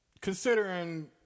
Considering